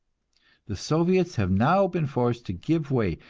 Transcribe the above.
the soviets have now been forced to give way,